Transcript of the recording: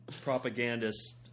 propagandist